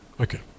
Okay